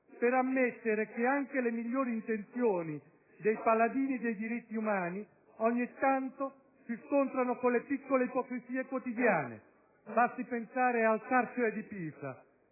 Per ammettere che anche le migliori intenzioni dei paladini dei diritti umani ogni tanto si scontrano con le piccole ipocrisie quotidiane. Basti pensare al carcere di Pisa.